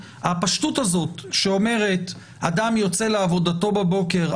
הפשטות הזו שאומרת: אדם יוצא לעבודתו בבוקר,